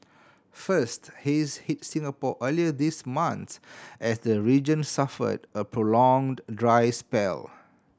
first haze hit Singapore earlier this month as the region suffered a prolonged dry spell